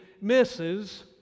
misses